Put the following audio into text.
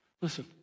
Listen